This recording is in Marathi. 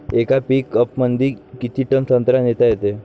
येका पिकअपमंदी किती टन संत्रा नेता येते?